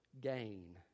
gain